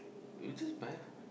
you just buy ah